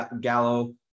Gallo